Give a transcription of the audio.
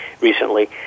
recently